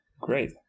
great